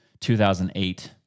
2008